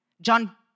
John